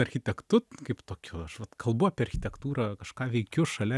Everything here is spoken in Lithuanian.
architektu kaip tokiu aš vat kalbu apie architektūrą kažką veikiu šalia